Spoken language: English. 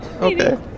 Okay